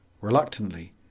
Reluctantly